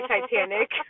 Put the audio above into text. Titanic